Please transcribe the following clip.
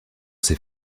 ces